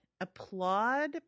applaud